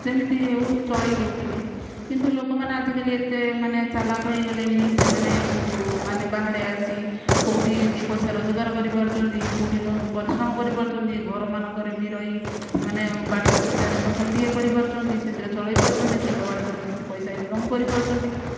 ଯେମିତି ହେଉ ଚଳାଇ ଦେଉଥିଲେ କିନ୍ତୁ ଲୋକମାନେ ଆଜିକାଲି ଏତେ ମାନେ ଚାଲାକ୍ ହୋଇଗଲେଣି ସେମାନେ ମାନେ ବାହାରେ ଆସି କୋଉଟି ଦିପଇସା ରୋଜଗାର କରିପାରୁଛନ୍ତି କେଉଁଠି ପରିଶ୍ରମ କରିପାରୁଛନ୍ତି ଘରମାନଙ୍କରେ ବି ରହି ସେମାନେ ବାଡ଼ି ବଗିଚାରେ ଫସଲଟିଏ କରିପାରୁଛନ୍ତି ସେଥିରେ ଚଳାଇ ପାରୁଛନ୍ତି ବିଲବାଡ଼ିରେ ବି କିଛି ପଇସା ଇନକମ୍ କରିପାରୁଛନ୍ତି